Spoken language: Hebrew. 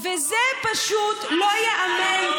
אסור לו להגיע, זה פשוט לא ייאמן.